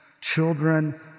children